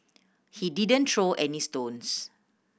he didn't throw any stones